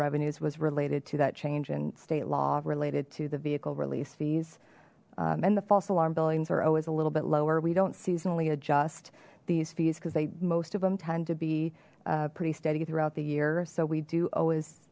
revenues was related to that change in state law related to the vehicle release fees and the false alarm billings are always a little bit lower we don't seasonally adjust these fees because they most of them tend to be pretty steady throughout the year so we do